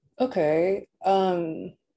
Okay